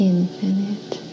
Infinite